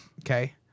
Okay